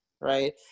right